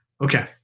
Okay